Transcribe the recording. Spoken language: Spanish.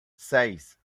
seis